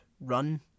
run